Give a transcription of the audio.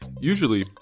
Usually